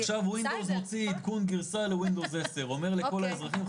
עכשיו windows מוציא עדכון גרסה ל-windows 10 אומר לכל האזרחים,